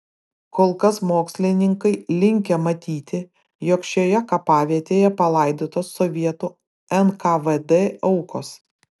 kol kas mokslininkai linkę matyti jog šioje kapavietėje palaidotos sovietų nkvd aukos